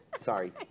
Sorry